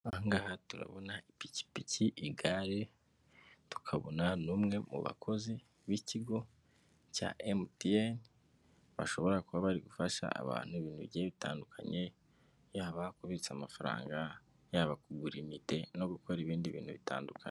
Ahangaha turabona ipikipiki, igare; tukabona n'umwe mu bakozi b'ikigo cya MTN bashobora kuba bari gufasha abantu ibintu bigiye bitandukanye; yaba kubitsa amafaranga, yaba kugura imiti no gukora ibindi bintu bitandukanye.